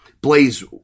Blaze